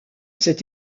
cet